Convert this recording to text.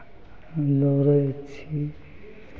दौड़ै छियै